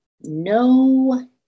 no